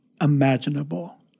imaginable